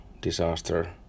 disaster